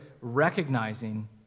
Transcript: recognizing